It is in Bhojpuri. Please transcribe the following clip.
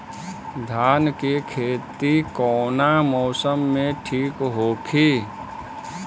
धान के खेती कौना मौसम में ठीक होकी?